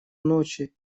ночи